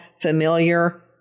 familiar